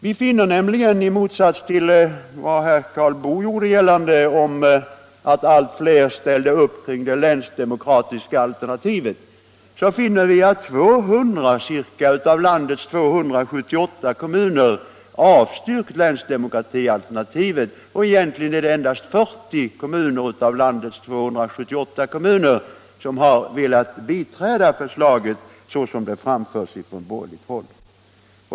Vi finner nämligen — i motsats till vad herr Boo gjorde gällande Nr 136 —att ca 200 kommuner av landets 278 har avstyrkt länsdemokratialternativet. Det är endast 40 kommuner av landets 278 som har velat biträda förslaget såsom det framförts från borgerligt håll.